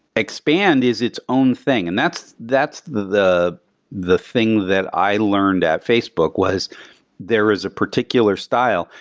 expand is its own thing. and that's that's the the thing that i learned at facebook was there is a particular style.